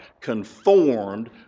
conformed